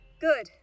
Good